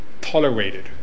tolerated